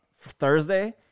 Thursday